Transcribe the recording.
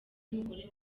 n’umugore